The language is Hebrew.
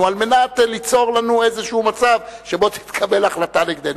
על מנת ליצור לנו איזשהו מצב שבו תתקבל החלטה נגדנו.